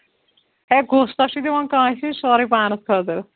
ہے قُستہ چھُ دِوان کٲنٛسہِ سورُے پانَس خٲطرٕ